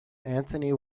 anthony